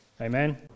Amen